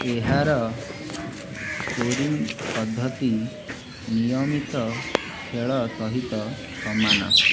ଏହାର ସ୍କୋରିଂ ପଦ୍ଧତି ନିୟମିତ ଖେଳ ସହିତ ସମାନ